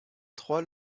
trois